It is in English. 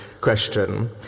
question